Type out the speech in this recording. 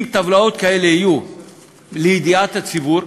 אם טבלאות כאלה יהיו לידיעת הציבור,